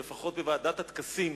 או לפחות בוועדת הטקסים,